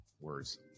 words